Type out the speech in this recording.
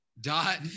dot